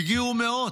הגיעו מאות,